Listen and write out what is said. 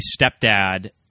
stepdad